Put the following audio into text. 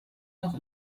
noch